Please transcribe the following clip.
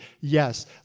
yes